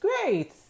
great